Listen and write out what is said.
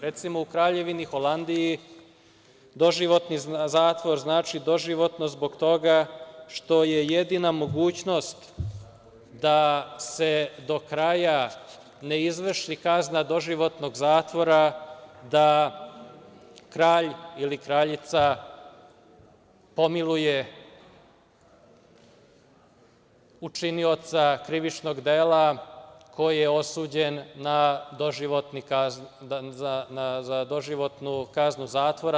Recimo, u Kraljevini Holandiji, doživotni zatvor znači doživotno zbog toga što je jedina mogućnost da se do kraja ne izvrši kazna doživotnog zatvora, da kralj ili kraljica pomiluje učinioca krivičnog dela koji je osuđen na doživotnu kaznu zatvora.